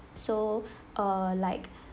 so err like